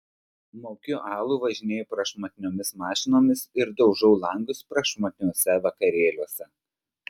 maukiu alų važinėju prašmatniomis mašinomis ir daužau langus prašmatniuose vakarėliuose